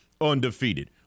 Undefeated